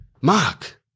Mark